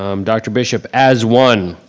um dr. bishop as one.